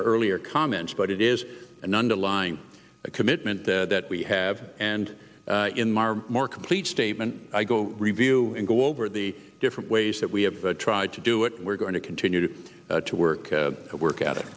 earlier comments but it is an underlying commitment that we have and in mar more complete statement i go review and go over the different ways that we have tried to do it we're going to continue to work work at it